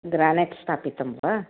granite स्थापितं वा